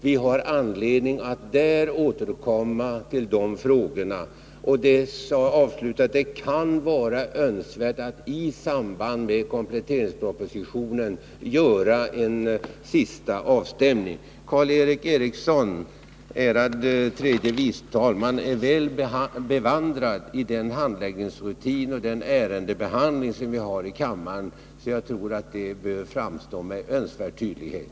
Vi har anledning att återkomma till de frågorna, och det kan vara önskvärt att i samband med kompletteringspropositionen göra en sista avstämning. Karl Erik Eriksson, ärad tredje vice talman, är väl bevandrad i den handläggningsrutin vi har för ärendebehandlingen i kammaren, så jag tror att innebörden i vad jag har sagt bör framstå med önskvärd tydlighet.